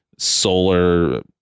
solar